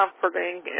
comforting